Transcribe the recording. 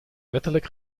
wettelijk